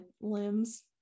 limbs